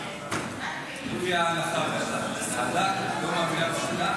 ומדע, לפי ההלכה, הדת לא מפריעה במדע?